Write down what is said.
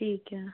ٹھیک ہے